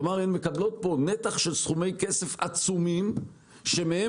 כלומר הן מקבלות נתח של סכומי כסף עצומים שמהם